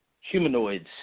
humanoids